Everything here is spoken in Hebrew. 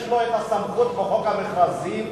יש לו הסמכות בחוק המכרזים,